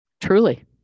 truly